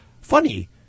funny